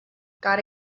got